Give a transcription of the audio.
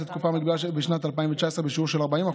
לתקופה המקבילה בשנת 2019 בשיעור של 40%,